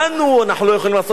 אנחנו לא יכולים לעשות לאחרים.